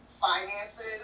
finances